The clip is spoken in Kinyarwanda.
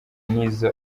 n’izo